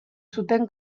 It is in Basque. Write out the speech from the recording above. zuten